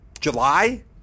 July